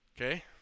Okay